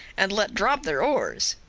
and let drop their oars.